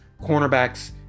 cornerbacks